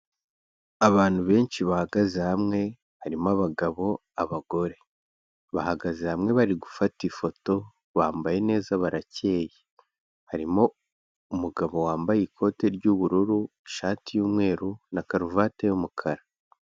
Abantu benshi bahagaze hamwe harimo: abagabo, abagore bahagaze hamwe bari gufata ifoto bambaye neza barakeye, harimo umugabo wambaye ikote ry'ubururu, ishati y'umweru na karuvati y'umukara.